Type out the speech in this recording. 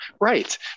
right